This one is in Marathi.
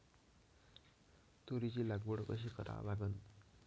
तुरीची लागवड कशी करा लागन?